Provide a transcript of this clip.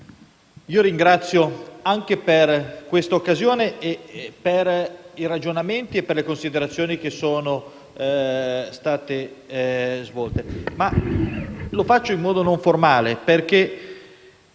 vi ringrazio per questa occasione e per i ragionamenti e le considerazioni che sono state svolte. Lo faccio in modo non formale, perché